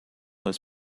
was